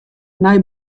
nei